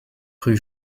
rue